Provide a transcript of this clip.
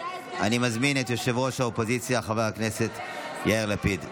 אני מזמין את ראש האופוזיציה חבר הכנסת יאיר לפיד.